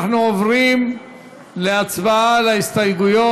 אנחנו עוברים להצבעה על ההסתייגויות.